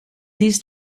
these